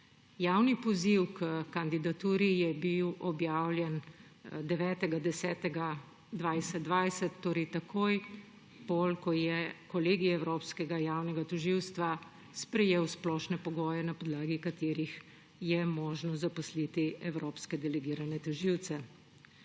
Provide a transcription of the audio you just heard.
Javni poziv h kandidaturi je bil objavljen 9. 10. 2020, torej takoj po tem, ko je kolegij Evropskega javnega tožilstva sprejel splošne pogoje, na podlagi katerih je možno zaposliti evropske delegirane tožilce,